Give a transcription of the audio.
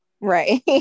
Right